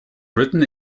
written